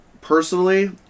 personally